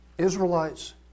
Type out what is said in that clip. Israelites